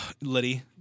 Liddy